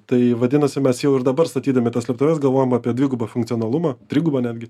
tai vadinasi mes jau ir dabar statydami tas slėptuves galvojom apie dvigubą funkcionalumą trigubą netgi